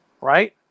right